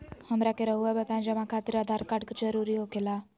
हमरा के रहुआ बताएं जमा खातिर आधार कार्ड जरूरी हो खेला?